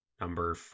number